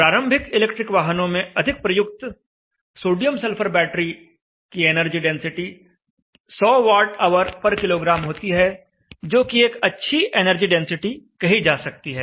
प्रारंभिक इलेक्ट्रिक वाहनों में अधिक प्रयुक्त सोडियम सल्फर बैटरी की एनर्जी डेंसिटी 100 Whkg होती है जोकि एक अच्छी एनर्जी डेंसिटी कही जा सकती है